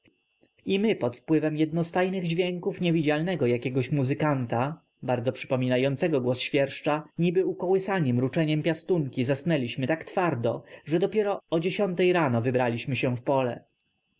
i my pod wpływem jednostajnych dźwięków niewidzialnego jakiegoś muzykanta bardzo przypominającego głos świerszcza niby ukołysani mruczeniem piastunki zasnęliśmy tak twardo że dopiero o dziesiątej rano wybraliśmy się w pole